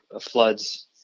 floods